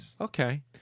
Okay